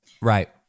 Right